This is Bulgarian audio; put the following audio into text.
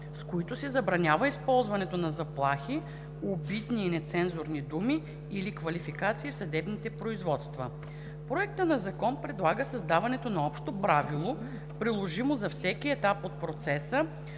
с които се забранява използването на заплахи, обидни и нецензурни думи или квалификации в съдебните производства. Законопроектът предлага създаването на общо правило, приложимо за всеки етап от процеса,